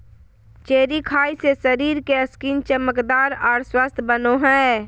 cherry खाय से शरीर के स्किन चमकदार आर स्वस्थ बनो हय